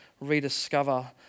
rediscover